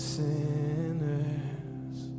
sinners